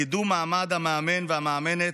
קידום מעמד המאמן והמאמנת,